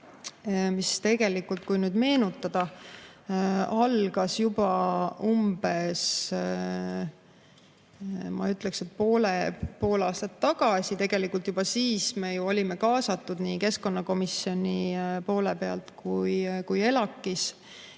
Tegelikult, kui nüüd meenutada, algas see juba umbes, ma ütleksin, pool aastat tagasi, juba siis me olime kaasatud nii keskkonnakomisjoni poole pealt kui ka